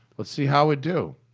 let's see how we do.